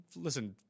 listen